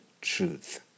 truth